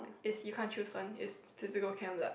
it's you can't choose one it's physical chem lab